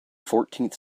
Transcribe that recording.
fourteenth